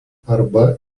arba